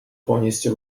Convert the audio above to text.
повністю